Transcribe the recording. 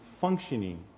functioning